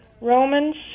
Romans